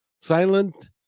silent